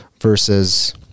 versus